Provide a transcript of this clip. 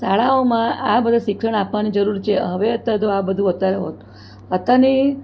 શાળાઓમાં આ બધું શિક્ષણ આપવાની જરૂર છે હવે અત્યાર તો આ બધું અત્યારે હોતુંઅત્યારની